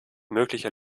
mögliche